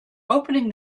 opening